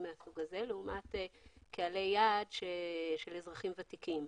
לעומת קהלי יעד של אזרחים ותיקים,